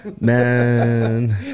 Man